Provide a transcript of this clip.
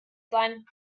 sein